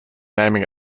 naming